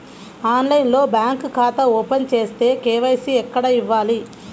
ఆన్లైన్లో బ్యాంకు ఖాతా ఓపెన్ చేస్తే, కే.వై.సి ఎక్కడ ఇవ్వాలి?